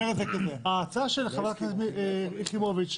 ההצעה של חברת הכנסת לשעבר חיימוביץ'